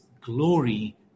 glory